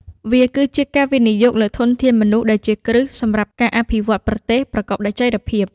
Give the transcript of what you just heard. វាគឺជាការវិនិយោគលើធនធានមនុស្សដែលជាគ្រឹះសម្រាប់ការអភិវឌ្ឍប្រទេសប្រកបដោយចីរភាព។